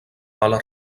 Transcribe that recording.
mala